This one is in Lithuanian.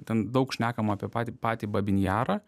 ten daug šnekam apie patį patį babyn jarą